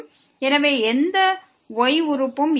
எனவே எந்த y உறுப்பும் இல்லை